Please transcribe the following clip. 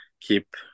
keep